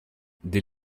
des